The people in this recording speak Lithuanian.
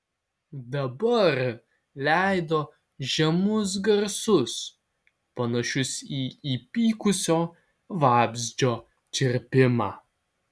dabar leido žemus garsus panašius į įpykusio vabzdžio čirpimą